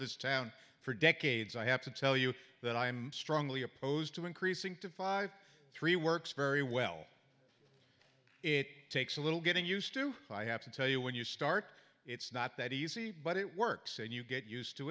this town for decades i have to tell you that i am strongly opposed to increasing to five three works very well it takes a little getting used to i have to tell you when you start it's not that easy but it works and you get used to